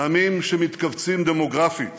עמים שמתכווצים דמוגרפית